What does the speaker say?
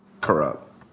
Corrupt